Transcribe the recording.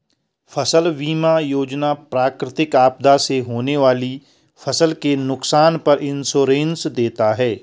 फसल बीमा योजना प्राकृतिक आपदा से होने वाली फसल के नुकसान पर इंश्योरेंस देता है